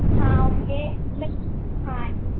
हाँ ओके मैं हाँ ठीक है